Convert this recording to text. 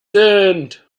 sind